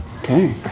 Okay